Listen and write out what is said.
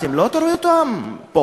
לא תראו אותם פה